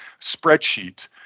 spreadsheet